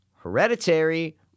Hereditary